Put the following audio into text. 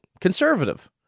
conservative